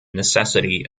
necessity